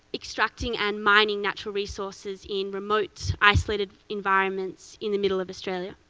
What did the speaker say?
extracting and mining natural resources in remote, isolated environments, in the middle of australia.